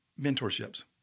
mentorships